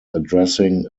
addressing